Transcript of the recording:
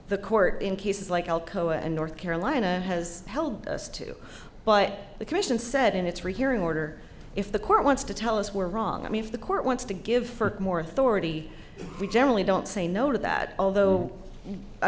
the court in cases like alcoa and north carolina has held us to but the commission said in its rehearing order if the court wants to tell us were wrong i mean if the court wants to give for more authority we generally don't say no to that although i